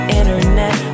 internet